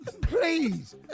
Please